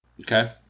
Okay